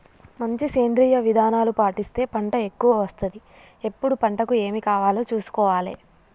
మంచి సేంద్రియ విధానాలు పాటిస్తే పంట ఎక్కవ వస్తది ఎప్పుడు పంటకు ఏమి కావాలో చూసుకోవాలే